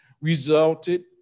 resulted